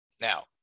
Now